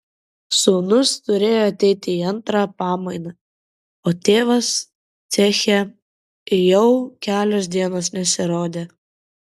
sūnus turėjo ateiti į antrą pamainą o tėvas ceche jau kelios dienos nesirodė